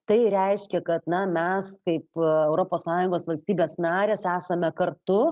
tai reiškia kad na mes kaip europos sąjungos valstybės narės esame kartu